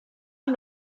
amb